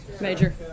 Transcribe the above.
Major